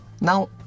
Now